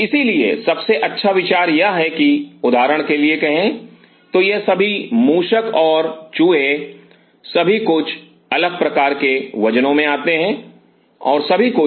इसलिए सबसे अच्छा विचार यह है कि उदाहरण के लिए कहें तो यह सभी मूषक और चूहे सभी कुछ अलग प्रकार के वजनों में आते हैं और सभी कुछ